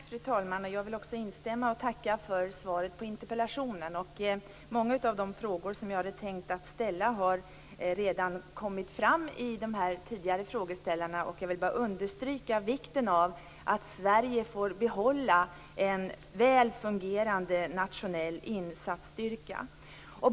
Fru talman! Jag vill också instämma i tacket för svaret på interpellationen. Många av de frågor som jag hade tänkt ställa har redan kommit fram i de tidigare frågeställarnas anföranden. Jag vill bara understryka vikten av att Sverige får behålla en väl fungerande nationell insatsstyrka.